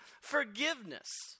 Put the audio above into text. forgiveness